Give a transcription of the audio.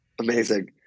Amazing